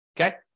Okay